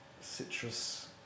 citrus